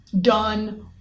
done